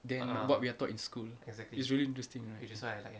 than what we are taught in school it's really interesting right